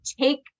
take